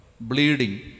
bleeding